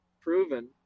proven